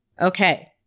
Okay